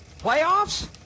playoffs